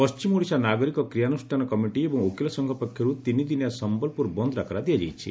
ପଛିମ ଓଡିଶା ନାଗରିକ କ୍ରିୟାନୁଷ୍ଠାନ କମିଟି ଏବଂ ଓକିଲ ସଂଘ ପକ୍ଷରୁ ତିନିଦିନିଆ ସମ୍ମଲପୁର ବନ୍ଦ ଡାକରା ଦିଆଯାଇଛି